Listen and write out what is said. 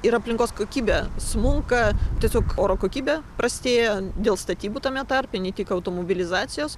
ir aplinkos kokybė smunka tiesiog oro kokybė prastėja dėl statybų tame tarpe ne tik automobilizacijos